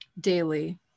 daily